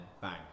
bang